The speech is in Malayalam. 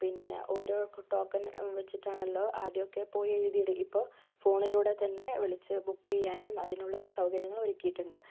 പിന്നെ ഓരോ ടോക്കൺ വച്ചിട്ടാണല്ലോ ആദ്യം ഒക്കെ പോയി എഴുതി ഇടും ഇപ്പം ഫോണിലൂടെ തന്നെ വിളിച്ച് ബുക്ക് ചെയ്യാനും അതിനുള്ള ഒരു സൗകര്യങ്ങളും ഒരുക്കിയിട്ടുണ്ട്